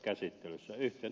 yhtyen ed